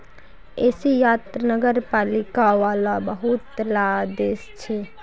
एशियात नगरपालिका वाला बहुत ला देश छे